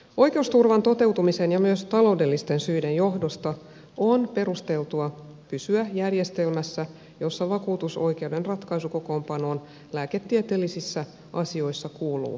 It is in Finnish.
oikeusturvan toteutumisen ja myös taloudellisten syiden johdosta on perusteltua pysyä järjestelmässä jossa vakuutusoikeuden ratkaisukokoonpanoon lääketieteellisissä asioissa kuuluu lääkärijäsen